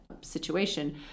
situation